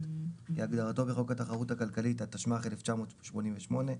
כהגדרתו בחוק התחרות הכלכלית התשמ"ח 1988,